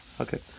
Okay